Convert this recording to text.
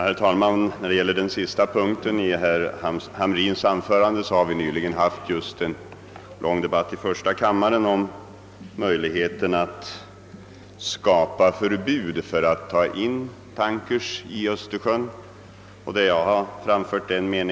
Herr talman! Den sista punkten i herr Hamrins i Kalmar anförande beträffande möjligheterna att skapa förbud mot att ta in tankers i Östersjön har vi nyligen debatterat i första kammaren.